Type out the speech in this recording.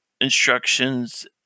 instructions